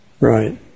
Right